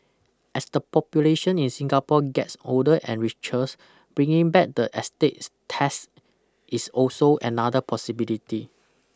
as the population in Singapore gets older and richer bringing back the estate tax is also another possibility